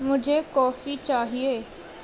مجھے کافی چاہیے